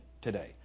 today